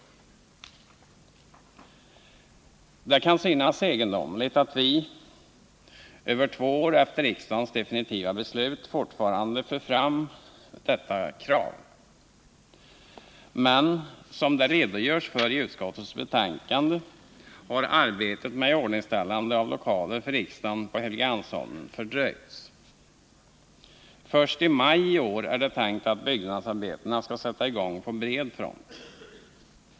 Det kan synas egendomligt att vi, över två år efter riksdagens definitiva beslut, fortfarande för fram detta krav. Men som det redogörs för i utskottets betänkande har arbetet med iordningställande av lokaler för riksdagen på Helgeandsholmen fördröjts. Först i maj i år är det tänkt att byggnadsarbe Nr 121 tena skall sätta i gång på bred front.